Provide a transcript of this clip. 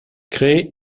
créer